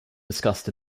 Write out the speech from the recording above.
discussed